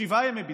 שבעה ימי בידוד.